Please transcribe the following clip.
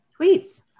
tweets